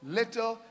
little